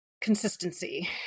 consistency